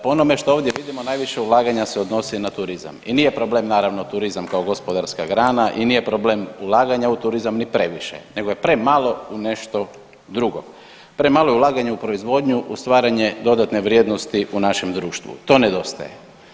Po onome što ovdje vidimo najviše ulaganja se odnosi na turizam i nije problem naravno turizam kao gospodarska grana i nije problem ulaganja u turizam ni previše nego je premalo u nešto drugo, premalo je ulaganje u proizvodnju u stvaranje dodatne vrijednosti u našem društvu, to nedostaje.